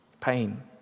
pain